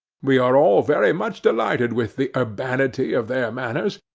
we are all very much delighted with the urbanity of their manners,